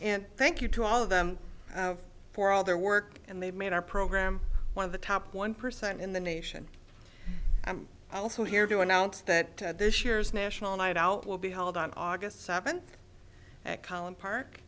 and thank you to all of them for all their work and they made our program one of the top one percent in the nation i'm also here to announce that this year's national night out will be held on august seventh